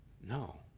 No